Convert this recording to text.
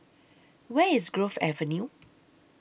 Where IS Grove Avenue